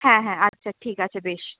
হ্যাঁ হ্যাঁ আচ্ছা ঠিক আছে বেশ